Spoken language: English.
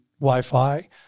Wi-Fi